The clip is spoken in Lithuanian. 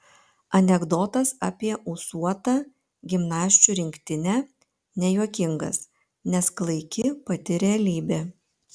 anekdotas apie ūsuotą gimnasčių rinktinę nejuokingas nes klaiki pati realybė